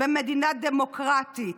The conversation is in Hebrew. במדינה דמוקרטית".